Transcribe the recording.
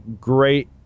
great